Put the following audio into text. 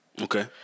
Okay